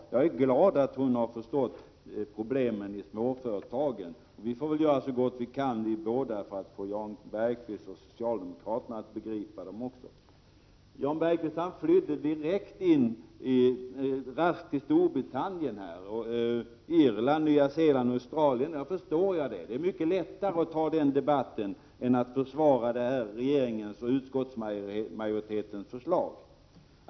Jag är glad att hon har förstått problemen för småföretagen. Vi får göra så gott vi kan för att få Jan Bergqvist och socialdemokraterna att begripa det också. Jan Bergqvist flydde direkt till jakter i Storbritannien, Irland, Nya Zeeland och Australien. Jag förstår det, det är mycket lättare än att försvara regeringens och utskottsmajoritetens förslag.